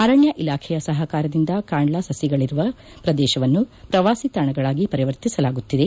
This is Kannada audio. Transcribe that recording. ಅರಣ್ಯ ಇಲಾಖೆಯ ಸಹಕಾರದಿಂದ ಕಾಂಡ್ಲಾ ಸಸ್ಯಗಳಿರುವ ಪ್ರದೇಶವನ್ನು ಪ್ರವಾಸಿ ತಾಣಗಳಾಗಿ ಪರಿವರ್ತಿಸಲಾಗುತ್ತಿದೆ